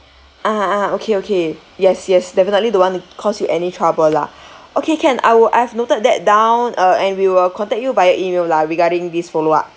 ah ah okay okay yes yes definitely don't want to cause you any trouble lah okay can I will I have noted that down uh and we will contact you via email lah regarding this follow up